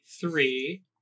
three